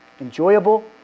enjoyable